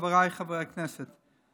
חבריי חברי הכנסת,